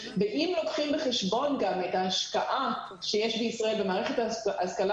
אם לוקחים בחשבון גם את ההשקעה שיש בישראל במערכת ההשכלה